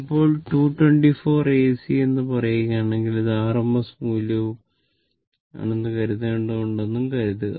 ഇപ്പോൾ 224 AC എന്ന് പറയുകയാണെങ്കിൽ ഇത് RMS മൂല്യം ആണെന്ന് കരുതേണ്ടതുണ്ടെന്നും കരുതുക